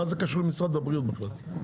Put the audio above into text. מה זה קשור למשרד הבריאות בכלל?